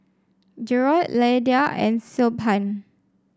Jerod Lydia and Siobhan